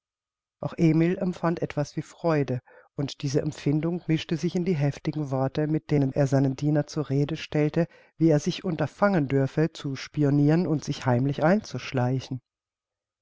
auch emil empfand etwas wie freude und diese empfindung mischte sich in die heftigen worte mit denen er seinen diener zur rede stellte wie er sich unterfangen dürfe zu spioniren und sich heimlich einzuschleichen